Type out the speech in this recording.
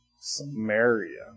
Samaria